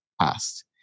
past